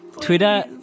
Twitter